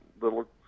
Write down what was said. little